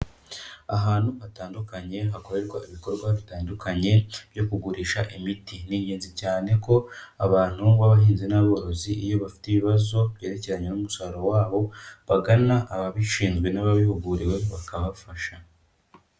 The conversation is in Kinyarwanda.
Ahantu hatandukanye hakorerwa ibikorwa bitandukanye byo kugurisha imiti, ni ingenzi cyane ko abantu b'abahinzi n'aborozi iyo bafite ibibazo byerekeranye n'umusaruro wabo bagana ababishinzwe n'ababihuguriwe bakabafasha.